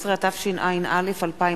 17), התשע"א 2011,